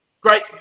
great